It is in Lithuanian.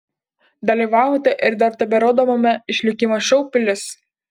dalyvavote ir dar teberodomame išlikimo šou pilis